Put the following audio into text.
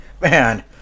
man –